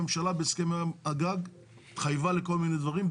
הממשלה בהסכמי הגג התחייבה לכל מיני דברים,